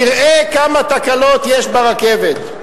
תראה כמה תקלות יש ברכבת.